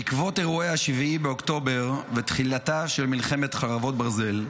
בעקבות אירועי 7 באוקטובר ותחילתה של מלחמת חרבות ברזל,